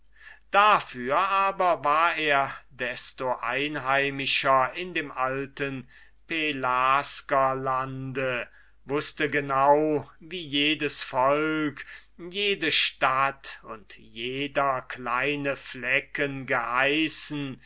dafür aber war er desto einheimischer in dem alten pelasgerlande wußte genau wie jedes volk jede stadt und jeder kleine flecken geheißen